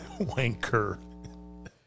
wanker